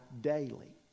daily